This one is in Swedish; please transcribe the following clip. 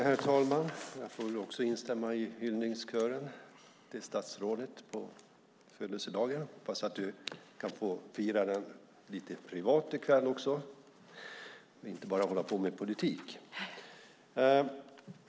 Herr talman! Jag får också instämma i hyllningskören till statsrådet på födelsedagen. Jag hoppas att du kan få fira den lite privat i kväll och inte bara hålla på med politik.